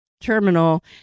terminal